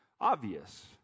obvious